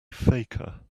faker